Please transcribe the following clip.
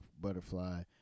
Butterfly